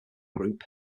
group